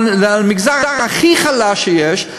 במגזר הכי חלש שיש,